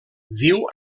viu